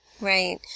Right